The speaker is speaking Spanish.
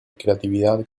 creatividad